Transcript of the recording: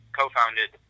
co-founded